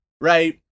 right